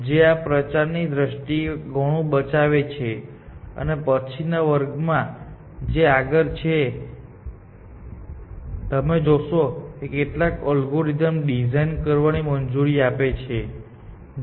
જે આ પ્રચારની દ્રષ્ટિએ ઘણું બચાવે છે અને પછીના વર્ગોમાં જે આગળ છે તમે જોશો કે તે કેટલાક અલ્ગોરિધમને ડિઝાઇન કરવાની મંજૂરી આપે છે